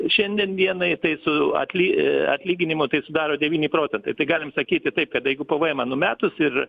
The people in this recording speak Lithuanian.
šiandien dienai tai su atli atlyginimu tai sudaro devyni procentai tai galim sakyti taip tada jeigu pvemą numetus ir